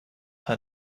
her